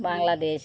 Bangladesh